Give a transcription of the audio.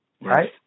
right